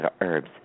herbs